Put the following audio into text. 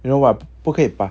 you know what 不可以把